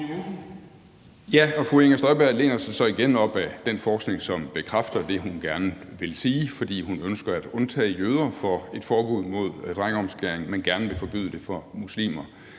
Ja, og fru Inger Støjberg læner sig så igen op ad den forskning, som bekræfter det, hun gerne vil sige, fordi hun ønsker at undtage jøder for et forbud mod omskæring af drenge, men gerne vil forbyde det for muslimer.